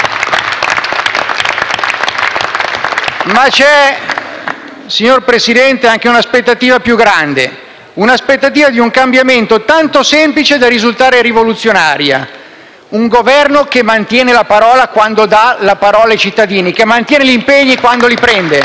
Ma c'è, signor Presidente, anche un'aspettativa più grande, un'aspettativa di un cambiamento tanto semplice da risultare rivoluzionario: un Governo che mantiene la parola quando dà la parola ai cittadini, che mantiene gli impegni quando li prende.